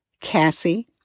Cassie